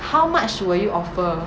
how much will you offer